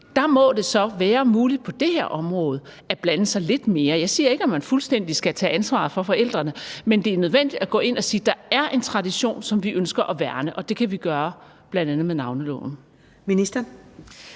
liv, så det må være muligt på det her område at blande sig lidt mere. Jeg siger ikke, at man fuldstændig skal tage ansvaret fra forældrene, men det er nødvendigt at gå ind at sige, at der er en tradition, som vi ønsker at værne om, og det kan vi gøre bl.a. med navneloven. Kl.